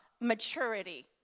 maturity